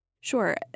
Sure